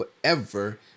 forever